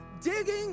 digging